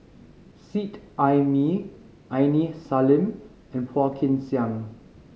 Seet Ai Mee Aini Salim and Phua Kin Siang